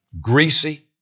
greasy